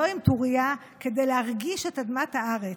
לא עם טורייה, כדי להרגיש את אדמת הארץ,